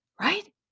Right